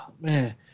man